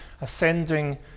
ascending